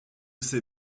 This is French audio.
ses